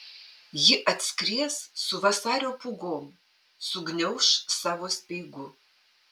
ji atskries su vasario pūgom sugniauš savo speigu